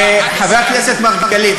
חבר הכנסת מרגלית,